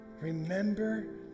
Remember